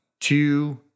two